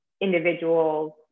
individuals